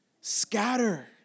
scatter